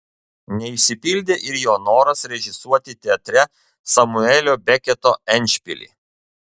neišsipildė ir jo noras režisuoti teatre samuelio beketo endšpilį